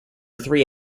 three